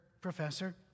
professor